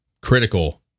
critical